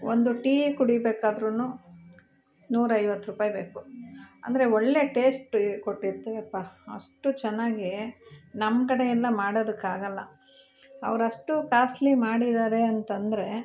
ಒಂದು ಟೀ ಕುಡಿಬೇಕಾದ್ರು ನೂರೈವತ್ತು ರೂಪಾಯ್ ಬೇಕು ಅಂದರೆ ಒಳ್ಳೆ ಟೇಶ್ಟ್ ಕೊಟ್ಟಿರ್ತೆಯಪ್ಪ ಅಷ್ಟು ಚೆನ್ನಾಗಿ ನಮ್ಮ ಕಡೆಯೆಲ್ಲ ಮಾಡೋದುಕ್ಕಾಗಲ್ಲ ಅವ್ರಷ್ಟು ಕಾಸ್ಟ್ಲಿ ಮಾಡಿದಾರೆ ಅಂತಂದರೆ